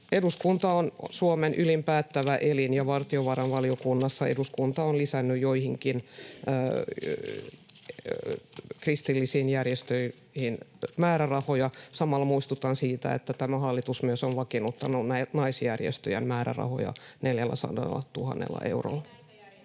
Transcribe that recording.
eduskunta on Suomen ylin päättävä elin, ja valtiovarainvaliokunnassa eduskunta on lisännyt joihinkin kristillisiin järjestöihin määrärahoja. Samalla muistutan siitä, että tämä hallitus on myös vakiinnuttanut naisjärjestöjen määrärahoja 400 000 eurolla.